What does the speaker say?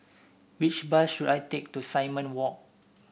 which bus should I take to Simon Walk